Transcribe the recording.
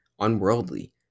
unworldly